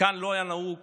לא היה נהוג